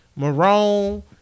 Marone